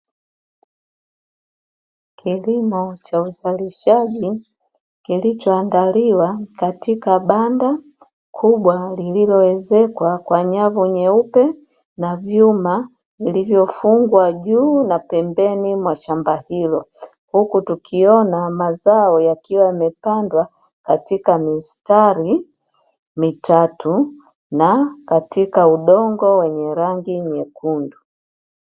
Kilimo cha uzalishaji kilichoandaliwa katika banda kubwa lililoezekwa kwa nyavu nyeupe, na vyuma vilivyofungwa juu na pembeni mwa shamba hilo, huku tukiona mazao yakiwa yamepadwa katika mistari mitatu na katika udongo wenye rangi nyekundu.